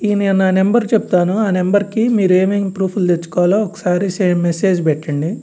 ఈ నేను నా నెంబర్ చెప్తాను ఆ నెంబర్కి మీరు ఏమేమి ప్రూఫ్లు తెచ్చుకోవాలో ఒకసారి సే మెసేజ్ పెట్టిండి